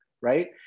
Right